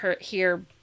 hear